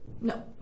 No